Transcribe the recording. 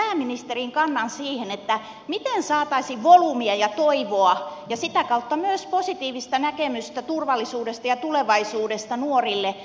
haluaisin pääministerin kannan siihen miten saataisiin volyymia ja toivoa ja sitä kautta myös positiivista näkemystä turvallisuudesta ja tulevaisuudesta nuorille